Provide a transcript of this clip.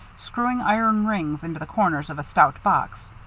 screwing iron rings into the corners of a stout box.